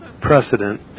precedent